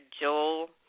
Joel